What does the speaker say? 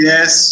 Yes